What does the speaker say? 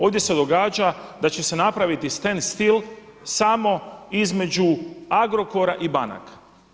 Ovdje se događa da će se napraviti standstill samo između Agrokora i banaka.